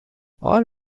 all